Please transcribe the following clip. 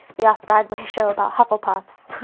the off-broadway show about hufflepuffs.